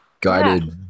guided